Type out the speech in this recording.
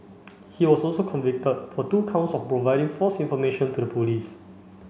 he was also convicted for two counts of providing false information to the police